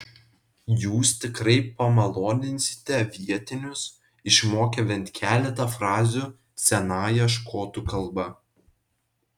jūs tikrai pamaloninsite vietinius išmokę bent keletą frazių senąją škotų kalba